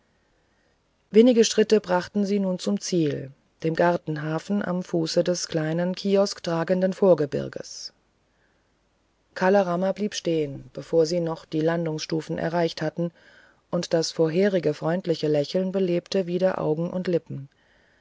wenige schritte brachten sie nun zum ziel dem gartenhafen am fuße des kleinen kiosktragenden vorgebirges kala rama blieb stehen bevor sie noch die landungsstufen erreicht hatten und das vorherige freundliche lächeln belebte wieder augen und lippen